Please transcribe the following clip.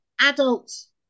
adults